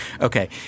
Okay